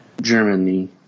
Germany